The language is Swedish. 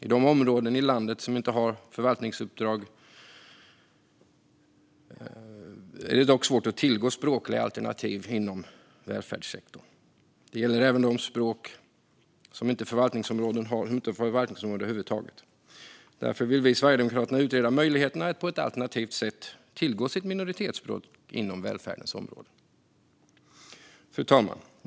I de områden i landet som inte har förvaltningsuppdrag är det dock svårt att tillgå språkliga alternativ inom välfärdssektorn. Det gäller även de språk som inte har förvaltningsområden över huvud taget. Därför vill vi i Sverigedemokraterna utreda möjligheterna att på ett alternativt sätt tillgå minoritetsspråk inom välfärdens områden. Fru talman!